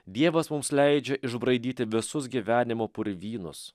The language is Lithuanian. dievas mums leidžia išbraidyti visus gyvenimo purvynus